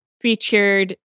featured